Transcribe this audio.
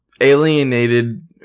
alienated